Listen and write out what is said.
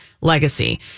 legacy